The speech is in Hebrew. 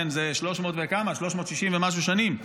זה 360 ומשהו שנים.